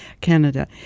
Canada